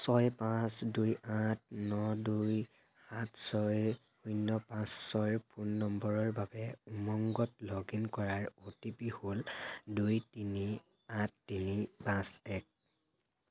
ছয় পাঁচ দুই আঠ ন দুই সাত ছয় শূন্য পাঁচ ছয় ফোন নম্বৰৰ বাবে উমংগত লগ ইন কৰাৰ অ'টিপি হ'ল দুই তিনি আঠ তিনি পাঁচ এক